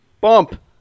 Bump